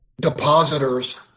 depositors